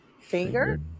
finger